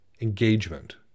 engagement